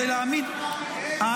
רגע.